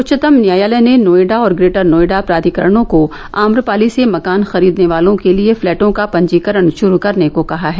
उच्चतम न्यायालय ने नोएडा और ग्रेटर नोएडा प्राधिकरणों को आम्रपाली से मकान खरीदने वालों के लिए फ्लैटों का पंजीकरण शुरू करने को कहा है